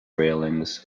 railings